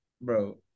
Bro